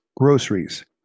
groceries